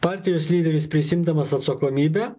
partijos lyderis prisiimdamas atsakomybę